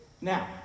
Now